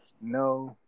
No